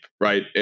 right